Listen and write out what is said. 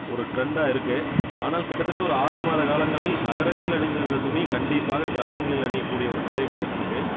ஒரு ட்ரெண்டாக இருக்கு ஆனால் கிட்டத்தட்ட ஒரு ஆறு மாத காலங்களில் நகராத்தில் அணிந்திருந்த துணி கண்டிப்பாக கிராமங்களில் அணியக்கூடிய ஒரு நிலை வந்துகிட்ருக்கு